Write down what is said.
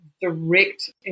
direct